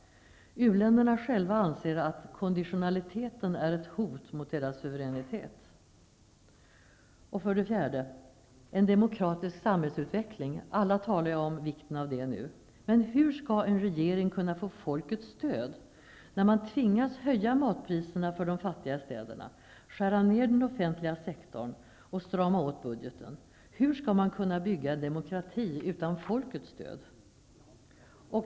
U-länderna själva anser att konditionaliteten är ett hot mot deras suveränitet. För det fjärde handlar det om en demokratisk samhällsutveckling. Alla talar ju om vikten av detta nu. Men hur skall en regering kunna få folkets stöd när man tvingas att höja matpriserna för de fattiga i städerna, skära ner den offentliga sektorn och strama åt budgeten? Hur skall man kunna bygga demokrati utan folkets stöd?